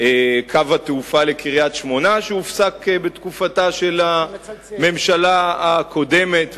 קו התעופה לקריית-שמונה שהופסק בתקופתה של הממשלה הקודמת.